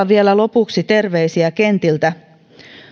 vielä lopuksi terveisiä kentiltä